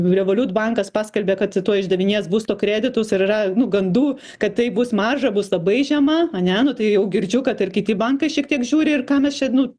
revolut bankas paskelbė kad tuoj išdavinės būsto kreditus ir yra nu gandų kad tai bus marža bus labai žema ane nu tai jau girdžiu kad ir kiti bankai šiek tiek žiūri ir ką mes čia nu